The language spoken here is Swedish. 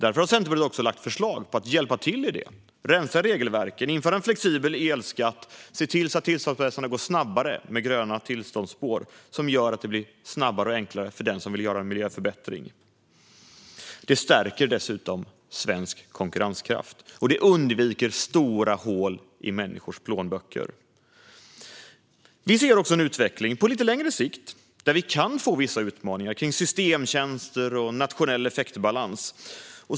Därför har Centerpartiet lagt fram förslag på att hjälpa till i detta: rensa regelverken, införa en flexibel elskatt och se till att tillståndsprocesserna går snabbare med gröna tillståndsspår som gör det snabbare och enklare för den som vill göra en miljöförbättring. Det stärker dessutom svensk konkurrenskraft och undviker stora hål i människors plånböcker. Vi ser också en utveckling på lite längre sikt där vi kan få vissa utmaningar kring systemtjänster och nationell effektbalans.